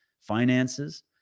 finances